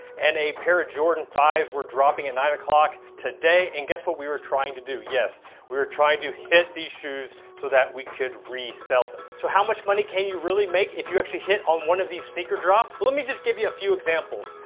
and a pair of jordan five s were dropping at nine o'clock today. and guess what we were trying to do, yes, we were trying to hit these shoes, so that we could resell them. so how much can you really make, if you actually hit on one of these sneaker drops? let me just give you a few examples.